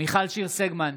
מיכל שיר סגמן,